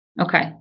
Okay